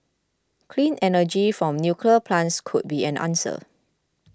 clean energy from nuclear plants could be an answer